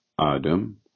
adam